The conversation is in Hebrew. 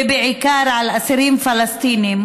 בעיקר של אסירים פלסטינים,